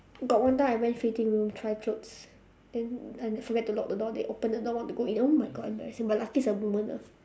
got one time I went fitting room try clothes then and I forget to lock the door then they open the door want to go in oh my god embarrassing but lucky it's a woman ah